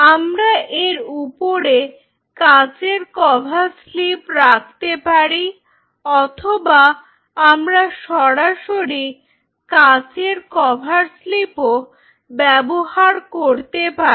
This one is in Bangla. আমরা এর উপরে কাঁচের কভার স্লিপ রাখতে পারি অথবা আমরা সরাসরি কাঁচের কভার স্লিপও ব্যবহার করতে পারি